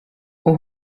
och